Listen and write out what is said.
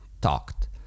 talked